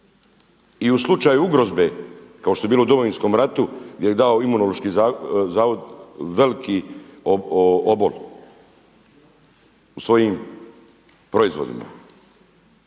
i u slučaju ugrozbe kao što je bilo u Domovinskom ratu gdje je dao Imunološki zavod veliki obol u svojim proizvodima.